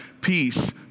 peace